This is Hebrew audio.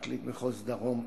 פרקליט מחוז דרום,